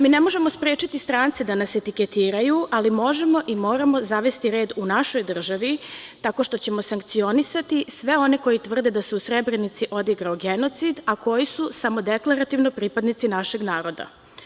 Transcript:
Mi ne možemo sprečiti strance da nas etiketiraju, ali možemo i moramo zavesti red u našoj državi tako što ćemo sankcionisati sve one koji tvrde da se u Srebrenici odigrao genocid, a koji su samo deklarativno pripadnici našeg naroda.